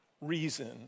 reason